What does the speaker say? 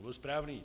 Byl správný.